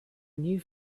new